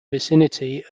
vicinity